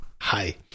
Hi